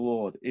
Lord